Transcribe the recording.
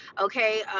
okay